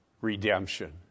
redemption